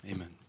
Amen